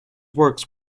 works